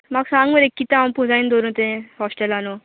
म्हाक सांग मरे कित्या हांव पुजायन दवरूं तें हॉस्टेला न्हू